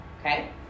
okay